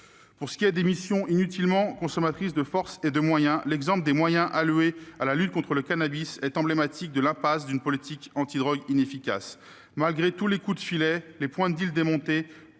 Pour ce qui est des missions inutilement consommatrices de forces et de moyens, l'exemple de la lutte contre le cannabis est emblématique de l'impasse d'une politique antidrogue inefficace. Malgré tous les coups de filet, les points de démontés,